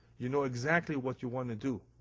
you know exactly what you want to do.